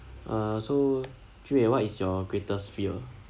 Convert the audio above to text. uh so ju wei what is your greatest fear